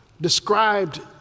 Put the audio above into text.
described